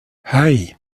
hei